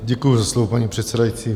Děkuju za slovo, paní předsedající.